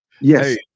yes